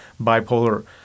bipolar